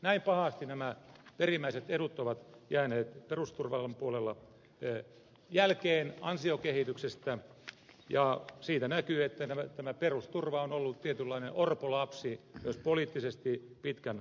näin pahasti nämä perimmäiset edut ovat jääneet perusturvan puolella jälkeen ansiokehityksestä ja siitä näkyy että tämä perusturva on ollut tietynlainen orpo lapsi myös poliittisesti pitkän aikaa